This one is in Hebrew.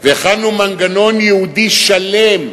והכנו מנגנון ייעודי שלם,